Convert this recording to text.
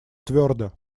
твердо